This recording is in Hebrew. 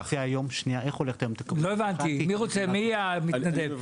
מי המתנדב?